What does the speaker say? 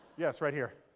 yes, right here.